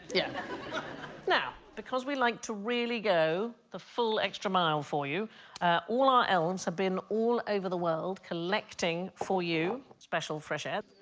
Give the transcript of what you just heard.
yeah now because we like to really go the full extra mile for you all our elms have been all over the world collecting for you special fresh air.